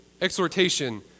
exhortation